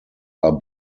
are